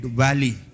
valley